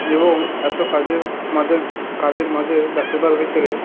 এবং এত কাজের মাঝে কাজের মাঝে ব্যস্ততার ভিতরে